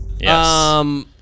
Yes